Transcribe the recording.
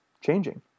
changing